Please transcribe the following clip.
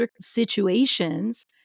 situations